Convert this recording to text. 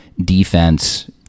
Defense